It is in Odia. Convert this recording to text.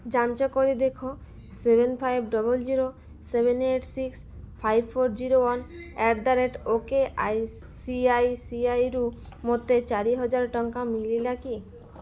ଯାଞ୍ଚ କରି ଦେଖ seven five double zero seven eight six five four zero one eight the rate okay ଆଇସିଆଇସିରୁ ମୋତେ ଚାରି ହଜାର ଟଙ୍କା ମିଳିଲା କି